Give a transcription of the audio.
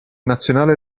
nazionale